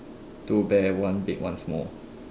two bear one big one small